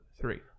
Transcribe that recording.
three